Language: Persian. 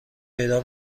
پیدا